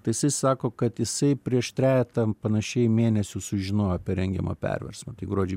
tai jisai sako kad jisai prieš trejetą panašiai mėnesių sužinojo apie rengiamą perversmą tai gruodžio